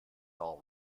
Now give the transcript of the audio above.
all